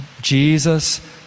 Jesus